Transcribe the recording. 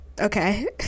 okay